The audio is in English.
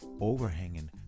overhanging